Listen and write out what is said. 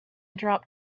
drop